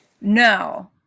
No